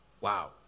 Wow